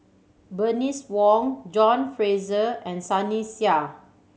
Bernice Wong John Fraser and Sunny Sia